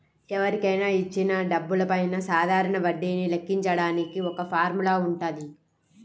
ఎవరికైనా ఇచ్చిన డబ్బులపైన సాధారణ వడ్డీని లెక్కించడానికి ఒక ఫార్ములా వుంటది